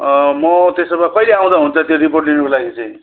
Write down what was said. म त्यसो भए कहिले आउँदा हुन्छ त्यो रिपोर्ट लिनुको लागि चाहिँ